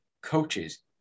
coaches